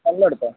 വെള്ളമെടുത്തോളൂ